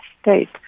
state